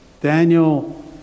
Daniel